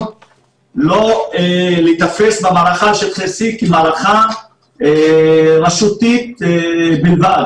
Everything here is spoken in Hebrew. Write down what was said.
לא להיתפס במערכה על שטחי C כמערכה רשותית בלבד,